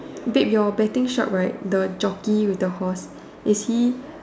did your betting shop right the jockey with the horse is he